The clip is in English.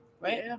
right